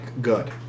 Good